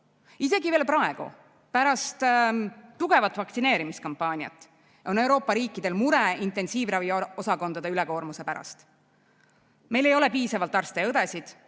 Isegi veel praegu, pärast tugevat vaktsineerimiskampaaniat, on Euroopa riikidel mure intensiivravi osakondade ülekoormuse pärast. Meil ei ole piisavalt arste ja õdesid,